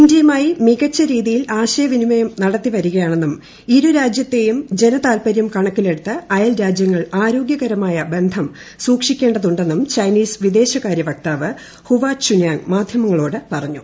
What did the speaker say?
ഇന്ത്യയുമായി മികച്ച രീതിയിൽ ആശയവിനിമയം നടത്തിവരികയാണെന്നും ഇരുരാജ്യത്തേയും ജനതാൽപരൃം കണക്കിലെടുത്ത് അയൽരാജ്യങ്ങൾ ആരോഗ്യകരമായ ബന്ധം സൂക്ഷിക്കേണ്ടതുണ്ടെന്നും ചൈനീസ് വിദേശകാര്യ വക്താവ് ഹൂവ ചൂന്യാങ് മാധ്യമങ്ങളോട് പറഞ്ഞു